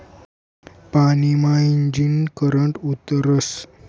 पानी मा ईजनं करंट उतरस